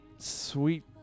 sweet